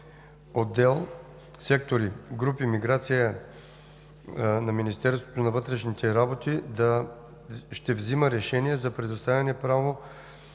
отдел/сектори/групи „Миграция“ на Министерството на вътрешните работи ще взима решение за предоставяне право